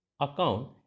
account